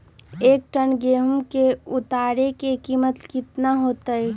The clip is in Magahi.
एक टन गेंहू के उतरे के कीमत कितना होतई?